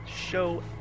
show